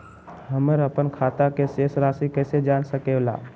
हमर अपन खाता के शेष रासि कैसे जान सके ला?